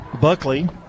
Buckley